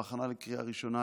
בהכנה לקריאה ראשונה,